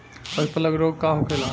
पशु प्लग रोग का होखेला?